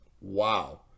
wow